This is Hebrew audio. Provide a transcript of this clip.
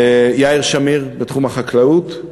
יאיר שמיר בתחום החקלאות.